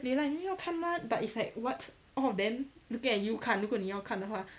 they like 你要看吗 but it's like what all of them looking at you 看如果你要看的话